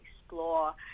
explore